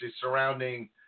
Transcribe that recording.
surrounding